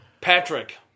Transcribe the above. Patrick